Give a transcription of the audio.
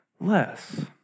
less